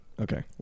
Okay